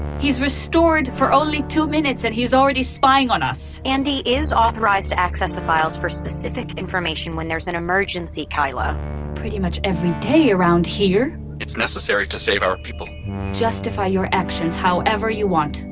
he's restored for only two minutes, and he's already spying on us! andi is authorized to access our files for specific information when there is an emergency, keila pretty much every day around here it's necessary to save our people justify your actions however you want,